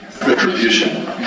Retribution